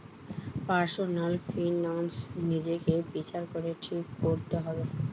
personal finance নিজেকে বিচার করে ঠিক কোরতে হবে